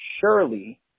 Surely